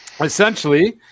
essentially